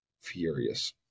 furious